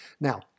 Now